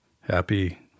Happy